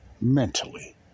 mentally